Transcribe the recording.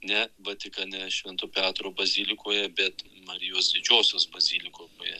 ne vatikane švento petro bazilikoje bet marijos didžiosios bazilikoje